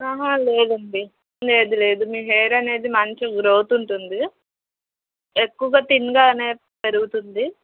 లేదండి లేదు లేదు మీ హెయిర్ అనేది మంచి గ్రోత్ ఉంటుంది ఎక్కువ థిన్గా అనేది పెరుగుతుంది